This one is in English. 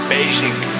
Beijing